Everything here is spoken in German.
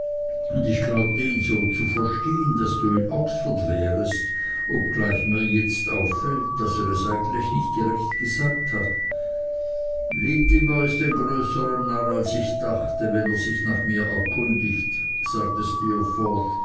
und ich glaubte ihn so zu verstehen daß du in oxford wärest obgleich mir jetzt auffällt daß er es eigentlich nicht direkt gesagt hat littimer ist ein größerer narr als ich dachte wenn er sich nach mir erkundigt sagte